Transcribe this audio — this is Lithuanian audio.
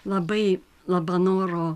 labai labanoro